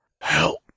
Help